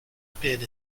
appeared